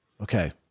Okay